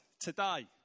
today